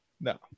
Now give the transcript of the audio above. No